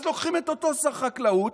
אז לוקחים את אותו שר חקלאות,